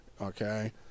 okay